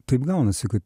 taip gaunasi kad